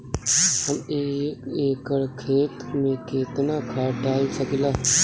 हम एक एकड़ खेत में केतना खाद डाल सकिला?